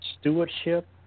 stewardship